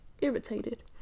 irritated